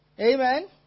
Amen